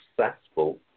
successful